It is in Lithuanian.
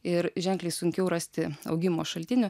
ir ženkliai sunkiau rasti augimo šaltinių